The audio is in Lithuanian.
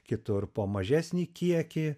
kitur po mažesnį kiekį